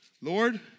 Lord